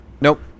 Nope